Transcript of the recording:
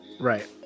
right